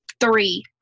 three